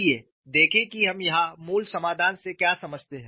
आइए देखें कि हम यहां मूल समाधान से क्या समझते हैं